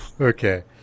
Okay